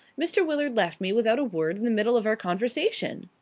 mr. willard left me without a word in the middle of our conversation.